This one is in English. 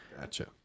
Gotcha